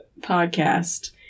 podcast